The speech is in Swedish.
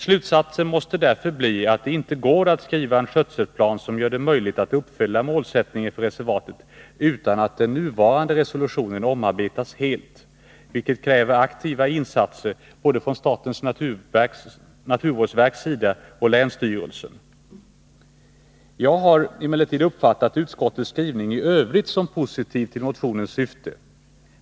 Slutsatsen måste därför bli att det inte går att skriva en skötselplan som gör det möjligt att uppfylla målsättningen för reservatet utan att den nuvarande resolutionen omarbetas helt, vilket kräver aktiva insatser både från statens naturvårdsverk och från länsstyrelsen. Jag har uppfattat utskottets skrivning i övrigt som positiv till motionens syfte.